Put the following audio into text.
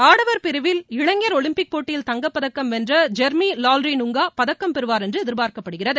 ஆடவர் பிரிவில் இளைஞர் ஒலிம்பிக் போட்டியில் தங்கப்பதக்கம் வென்ற ஜெர்மி லால்ரி னுங்கா பதக்கம் பெறுவார் என்று எதிர்பார்க்கப்படுகிறது